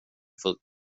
får